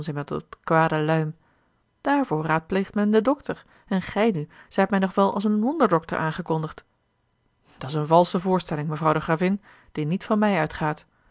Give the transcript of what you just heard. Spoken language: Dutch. kwade luim daarvoor raadpleegt men den dokter en gij nu zijt mij nog wel als een wonderdokter aangekondigd dat's eene valsche voorstelling mevrouw de gravin die niet van mij uitgaat